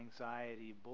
anxiety